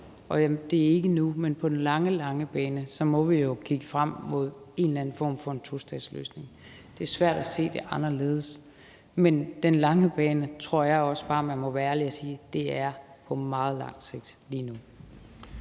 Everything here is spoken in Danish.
er jeg enig i. Men på den lange, lange bane – det er ikke nu – må vi jo kigge frem mod en eller anden form for tostatsløsning. Det er svært at se det anderledes, men jeg tror også bare, at man må være ærlig og sige, at det lige nu er på meget langt sigt. Kl.